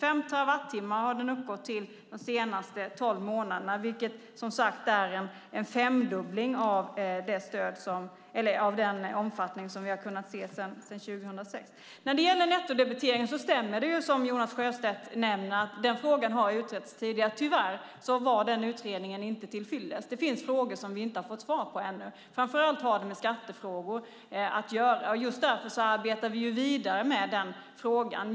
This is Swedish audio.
5 terawattimmar har den uppgått till de senaste tolv månaderna, vilket som sagt är en femdubbling av omfattningen sedan 2006. När det gäller nettodebiteringen stämmer det, som Jonas Sjöstedt nämner, att frågan har utretts tidigare. Tyvärr var utredningen inte tillfyllest. Det finns frågor som vi inte har fått svar på ännu. Framför allt har det med skattefrågor att göra. Just därför arbetar vi vidare med frågan.